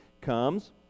comes